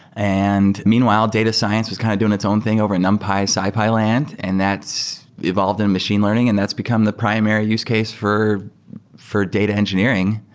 and meanwhile, data science was kind of doing its own thing over numpy, sympy land, and that's evolved in machine learning and that's become the primary use case for for data engineering.